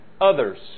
others